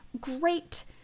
Great